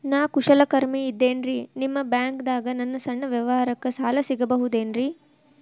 ನಾ ಕುಶಲಕರ್ಮಿ ಇದ್ದೇನ್ರಿ ನಿಮ್ಮ ಬ್ಯಾಂಕ್ ದಾಗ ನನ್ನ ಸಣ್ಣ ವ್ಯವಹಾರಕ್ಕ ಸಾಲ ಸಿಗಬಹುದೇನ್ರಿ?